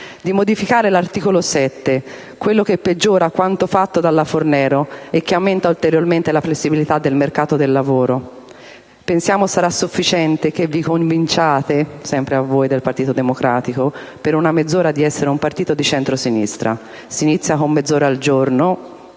a modificare l'articolo 7, quello che peggiora quanto fatto dalla legge Fornero e che aumenta ulteriormente la flessibilità del mercato del lavoro. Pensiamo sarà sufficiente che vi convinciate (sempre voi del Partito Democratico) per una mezz'ora di essere un partito di centrosinistra. Si inizia con mezz'ora al giorno